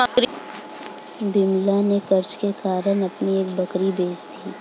विमला ने कर्ज के कारण अपनी एक बकरी बेच दी